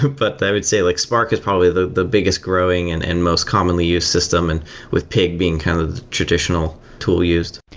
but i would say like spark is probably the the biggest growing and and most commonly used system and with pig being kind of the traditional tool used.